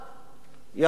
יכול איש,